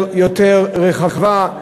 יותר רחבה,